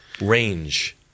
range